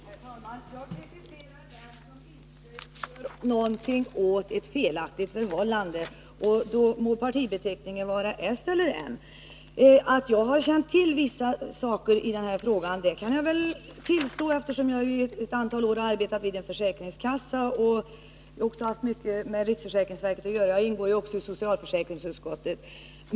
Herr talman! Jag kritiserar den som inte gör någonting åt ett felaktigt förhållande, och då må partibeteckningen vara s eller m. Jag känner till vissa saker i den här frågan, det kan jag tillstå, eftersom jag ett antal år har arbetat vid en försäkringskassa och haft mycket med riksförsäkringsverket att göra. Jag ingår också i socialförsäkringsutskottet.